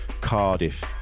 Cardiff